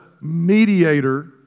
mediator